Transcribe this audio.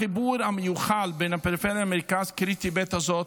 החיבור המיוחל בין הפריפריה למרכז קריטי בעת הזאת,